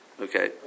Okay